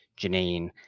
Janine